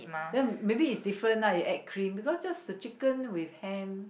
then maybe is different lah you add cream because just the chicken with ham